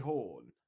Horn